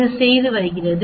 இது செய்து வருகிறது